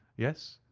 yes,